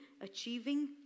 achieving